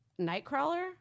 Nightcrawler